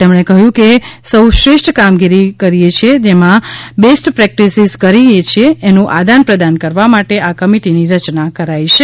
આપણે સૌ શ્રેષ્ઠ કામગીરી કરીએ છીએ એમાં જે બેસ્ટ પ્રેકટીસીઝ કરીએ છીએ એનું આદાન પ્રદાન કરવા માટે આ કમિટીની રચના કરાઇ છે